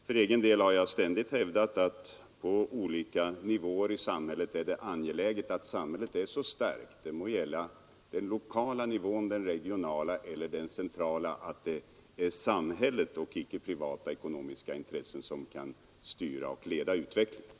För egen del har jag ständigt hävdat att det är angeläget att samhället är så starkt — det må gälla den lokala nivån, den regionala eller den centrala — att det är samhället och icke privata ekonomiska intressen som kan styra och leda utvecklingen.